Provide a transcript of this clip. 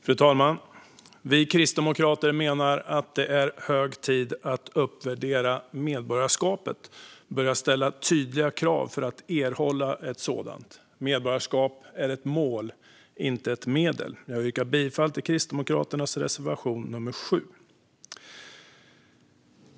Fru talman! Vi kristdemokrater menar att det är hög tid att uppvärdera medborgarskapet och att börja ställa tydliga krav för att man ska få erhålla ett sådant. Medborgarskap är ett mål, inte ett medel. Jag yrkar bifall till Kristdemokraternas reservation nr 7.